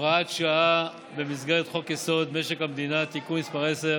הוראת שעה במסגרת חוק-יסוד: משק המדינה (תיקון מס' 10